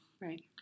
Right